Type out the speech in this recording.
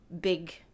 big